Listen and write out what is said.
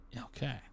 okay